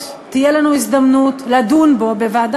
ואז לפחות תהיה לנו הזדמנות לדון בו בוועדה